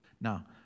Now